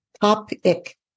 Topic